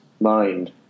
mind